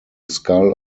skull